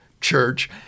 Church